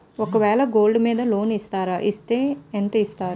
ఒక వేల గోల్డ్ మీద లోన్ ఇస్తారా? ఇస్తే ఎంత ఇస్తారు?